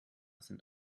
sind